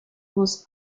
was